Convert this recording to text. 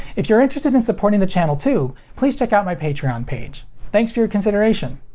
if you're interested in supporting the channel too, please check out my patreon page! thanks for your consideration.